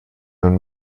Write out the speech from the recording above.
wenn